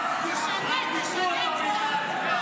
תשנה, תשנה קצת.